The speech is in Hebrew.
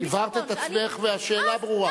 הבהרת את עצמך והשאלה ברורה.